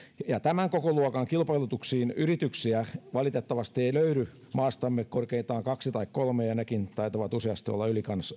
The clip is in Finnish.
ja tämän kokoluokan kilpailutuksiin yrityksiä valitettavasti ei löydy maastamme kuin korkeintaan kaksi tai kolme ja nekin taitavat useasti olla